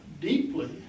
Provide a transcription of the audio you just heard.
deeply